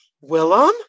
Willem